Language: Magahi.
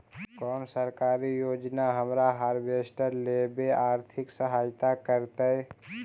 कोन सरकारी योजना हमरा हार्वेस्टर लेवे आर्थिक सहायता करतै?